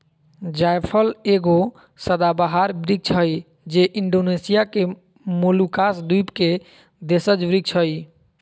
जायफल एगो सदाबहार वृक्ष हइ जे इण्डोनेशिया के मोलुकास द्वीप के देशज वृक्ष हइ